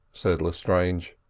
said lestrange.